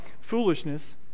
foolishness